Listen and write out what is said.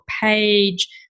page